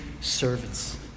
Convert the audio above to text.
servants